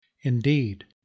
Indeed